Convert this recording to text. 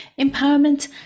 empowerment